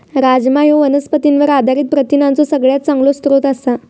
राजमा ह्यो वनस्पतींवर आधारित प्रथिनांचो सगळ्यात चांगलो स्रोत आसा